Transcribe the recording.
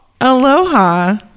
Aloha